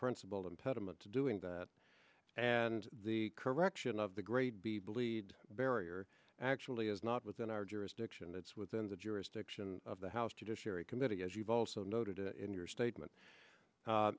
principal impediment to doing that and the correction of the grade b bleed barrier actually is not within our jurisdiction it's within the jurisdiction of the house judiciary committee as you've also noted in your statement